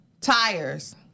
tires